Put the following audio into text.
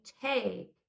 take